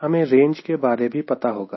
हमें रेंज के बारे भी पता होगा